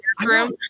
room